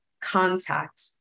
contact